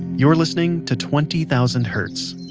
you're listening to twenty thousand hertz.